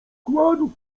kładł